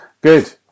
Good